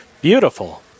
Beautiful